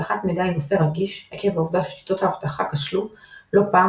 אבטחת מידע היא נושא רגיש עקב העובדה ששיטות האבטחה כשלו לא פעם